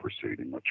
proceeding